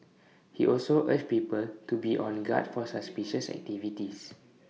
he also urged people to be on guard for suspicious activities